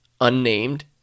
unnamed